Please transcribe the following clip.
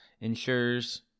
ensures